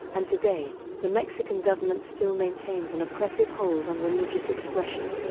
and today, the mexican government still maintains an oppressive hold on religious expression.